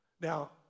Now